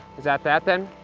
is that that, then?